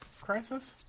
crisis